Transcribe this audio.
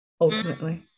ultimately